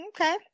okay